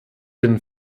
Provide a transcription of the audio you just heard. den